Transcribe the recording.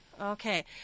Okay